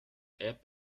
app